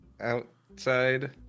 Outside